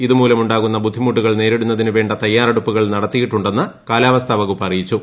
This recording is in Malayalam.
ഇതുമൂലം ഉണ്ടാകുന്ന ബുദ്ധിമുട്ടുകൾ നേരിടുന്നതിനു വേണ്ട തയ്യാറെടുപ്പുകൾ നടത്തിയിട്ടുണ്ടെന്ന് കാലാവസ്ഥാ വകുപ്പ് അറിയിച്ചു